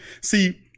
See